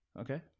Okay